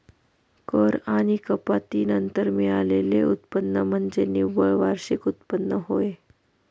कर आणि कपाती नंतर मिळालेले उत्पन्न म्हणजे निव्वळ वार्षिक उत्पन्न होय